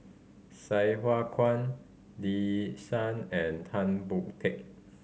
Sai Hua Kuan Lee Yi Shyan and Tan Boon Teik